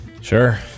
sure